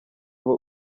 aba